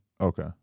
Okay